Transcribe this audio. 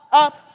up,